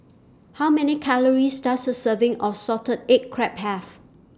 How Many Calories Does A Serving of Salted Egg Crab Have